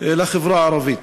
לחברה הערבית.